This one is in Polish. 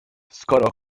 skoro